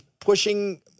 pushing